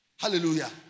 Hallelujah